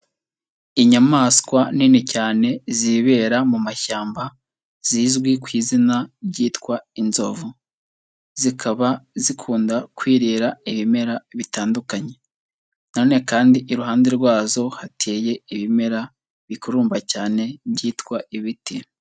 Inyamaswa nini cyane zibera mu mashyamba zizwi ku izina ryitwa inzovu, zikaba zikunda kwirira ibimera bitandukanye, na none kandi iruhande rwazo hateye ibimera bikururumba cyane byitwa ibiti.